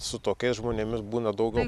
su tokiais žmonėmis būna daugiau